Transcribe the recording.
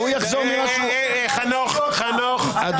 שהוא יחזור --- אתה בוגד.